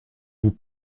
vous